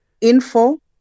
info